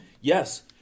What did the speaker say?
Yes